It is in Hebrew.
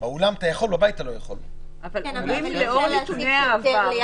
אני לא מבינה מה זאת ההתייחסות הפרסונלית